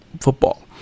football